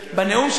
בנאום,